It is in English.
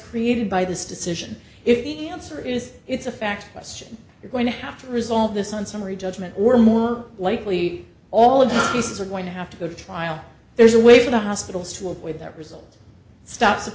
created by this decision if he answer is it's a fact assertion you're going to have to resolve this on summary judgment or more likely all of this is going to have to go to trial there's a way for the hospitals to avoid that result stop